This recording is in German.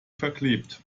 verklebt